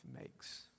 makes